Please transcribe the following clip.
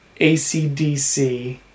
ACDC